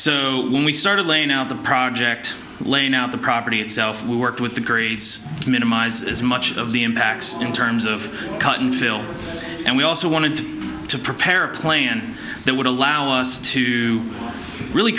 so when we started laying out the project laying out the property itself we worked with the grades to minimize as much of the impacts in terms of cotton field and we also wanted to prepare a plan that would allow us to really